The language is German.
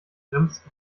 bremst